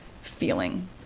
feeling